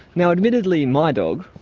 now admittedly, my dog,